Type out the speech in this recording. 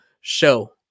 show